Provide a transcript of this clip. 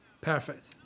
Perfect